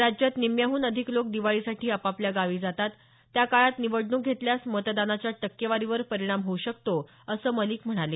राज्यात निम्म्याहून अधिक लोक दिवाळीसाठी आपापल्या गावी जातात त्या काळात निवडणूक घेतल्यास मतदानाच्या टक्केवारीवर परिणाम होऊ शकतो असं मलिक म्हणाले